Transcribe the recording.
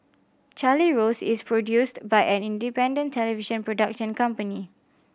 Charlie Rose is produced by an independent television production company